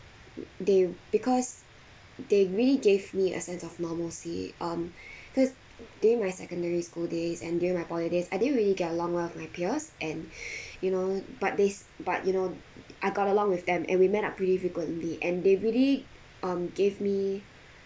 they because they really gave me a sense of normalcy um cause during my secondary school days and during my poly days I didn't really get along well with my peers and you know but the~ but you know I got along with them and we met up pretty frequently and they really um gave me